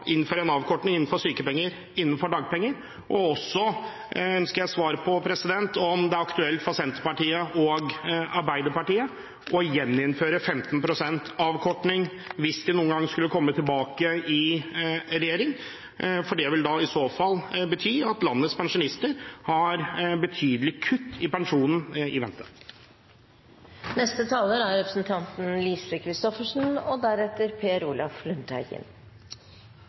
dagpenger. Jeg ønsker også svar på om det er aktuelt for Senterpartiet og Arbeiderpartiet å gjeninnføre 15 pst. avkortning hvis de noen gang skulle komme tilbake i regjering. Det vil i så fall bety at landets pensjonister har betydelige kutt i pensjonen i vente. Bare noen kommentarer til direkte spørsmål: Når det gjelder supplerende stønad, er representanten